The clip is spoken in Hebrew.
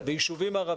ויישובים ערבים.